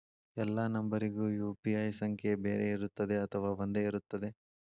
ಎಲ್ಲಾ ನಂಬರಿಗೂ ಯು.ಪಿ.ಐ ಸಂಖ್ಯೆ ಬೇರೆ ಇರುತ್ತದೆ ಅಥವಾ ಒಂದೇ ಇರುತ್ತದೆ?